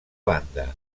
banda